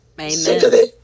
amen